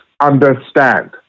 understand